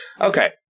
Okay